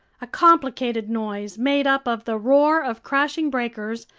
a complicated noise made up of the roar of crashing breakers,